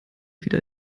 wieder